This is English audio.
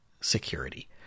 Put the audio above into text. security